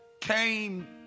came